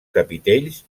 capitells